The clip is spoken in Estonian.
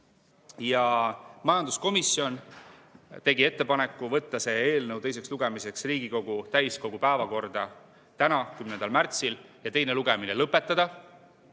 Majanduskomisjon tegi ettepaneku võtta eelnõu teiseks lugemiseks Riigikogu täiskogu päevakorda tänaseks, 10. märtsiks, ja teine lugemine lõpetada.